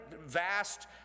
vast